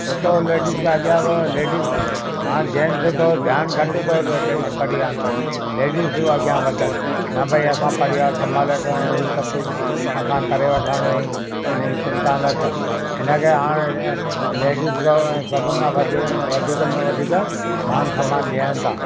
एतिरो लेडीस खे अॻियां कयूं लेडीस की हाणे जैंट्स थोरो ध्यानु घटि थो ॾिए पंहिंजे परिवार में लेडिसूं अॻियां वधनि न भई असां परिवार संभाले वठंदासीं सभु कुझु असां करे वठंदासीं हिन ई चिंता न कर हिन करे हाणे लेडीस खो सभिनि खां वधीक वधीक में वधीक मान सम्मान ॾियनि था